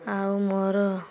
ଆଉ ମୋର